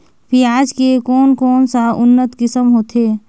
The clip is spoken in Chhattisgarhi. पियाज के कोन कोन सा उन्नत किसम होथे?